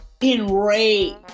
enraged